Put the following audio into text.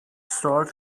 store